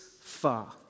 far